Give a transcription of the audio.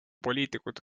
poliitikud